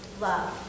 love